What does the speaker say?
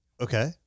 Okay